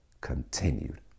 continued